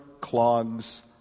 clogs